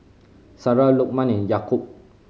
Sarah Lokman Yaakob